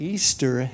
Easter